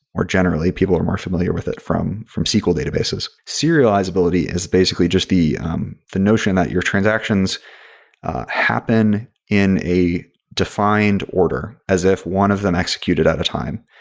or, generally, people are more familiar with it from from sql databases. serializability is basically just the um the notion that your transactions happen in a defined order as if one of them executed at a time.